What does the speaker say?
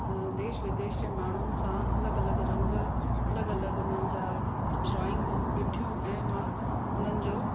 देश विदेश जे माण्हुनि सां अलॻि अलॻि रंग अलॻि अलॻि उन्हनि जा ड्रॉइगूं ॾिठियूं ऐं मां उन्हनि जो